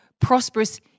prosperous